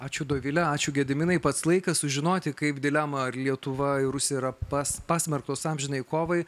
ačiū dovile ačiū gediminai pats laikas sužinoti kaip dilemą ar lietuva ir rusija yra pa pasmerktos amžinai kovai